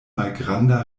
malgranda